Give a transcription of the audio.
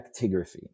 actigraphy